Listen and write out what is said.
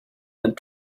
and